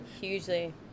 hugely